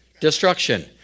destruction